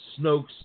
Snoke's –